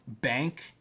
bank